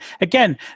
again